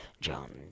John